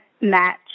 match